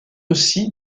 aussi